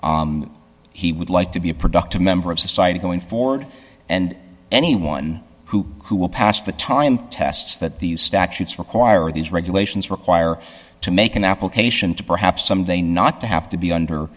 he would like to be a productive member of society going forward and anyone who who will pass the time tests that these statutes require these regulations require to make an application to perhaps some day not to have to be under